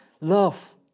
love